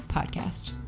podcast